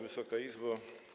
Wysoka Izbo!